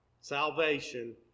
salvation